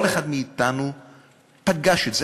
כל אחד מאתנו פגש את זה.